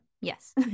yes